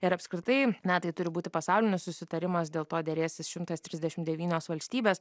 ir apskritai na tai turi būti pasaulinis susitarimas dėl to derėsis šimtas trisdešimt devynios valstybės